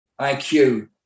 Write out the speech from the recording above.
IQ